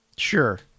sure